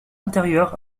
intérieur